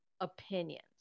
opinions